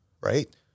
right